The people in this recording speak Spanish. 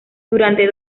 durante